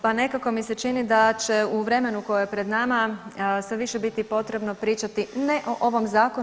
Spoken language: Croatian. Pa nekako mi se čini da će u vremenu koje je pred nama sada više biti potrebno pričati ne o ovom zakonu.